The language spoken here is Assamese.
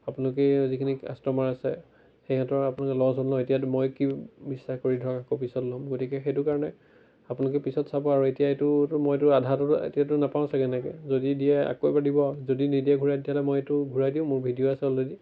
আপোনালোকে যিখিনি কাষ্ট'মাৰ আছে সিহঁতৰ আপোনলোকে ল'ষ্ট হ'ল ন এতিয়াতো মই কি বিশ্বাস কৰি ধৰ আকৌ পিছত ল'ম গতিকে সেইটো কাৰণে আপোনালোকে পিছত চাব আৰু এতিয়া এইটোতো মইতো আধাটো এতিয়াতো নাপাওঁ চাগৈ এনেকৈ যদি দিয়ে আকৌ এবাৰ দিব আৰু যদি নিদিয়ে ঘূৰাই তেতিয়াহ'লে মই এইটো ঘূৰাই দিওঁ মোৰ ভিডিঅ' আছে অলৰেডী